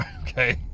okay